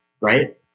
right